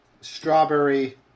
strawberry